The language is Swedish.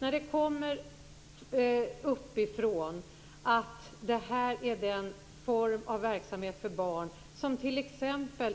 När det kommer uppifrån att det här är den form av verksamhet för barn som t.ex.